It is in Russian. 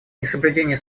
несоблюдение